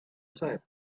said